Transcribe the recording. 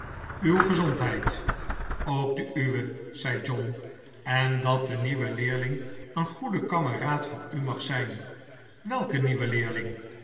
uw gezondheid ook de uwe zei john en dat de nieuwe leerling een goede kameraad voor u mag zijn welke nieuwe leerling